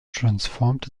transformed